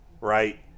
right